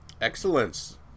Excellence